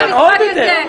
מה זה המשחק הזה?